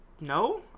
No